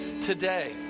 today